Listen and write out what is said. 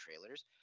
trailers